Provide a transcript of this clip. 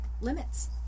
limits